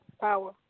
power